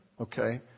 okay